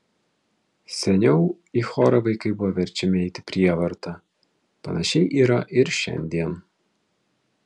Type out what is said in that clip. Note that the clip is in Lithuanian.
seniau į chorą vaikai buvo verčiami eiti prievarta panašiai yra ir šiandien